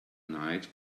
night